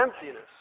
emptiness